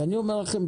ואני אומר לכם,